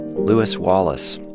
lewis wallace.